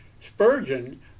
Spurgeon